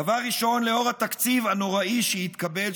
דבר ראשון: לאור התקציב הנוראי שהתקבל,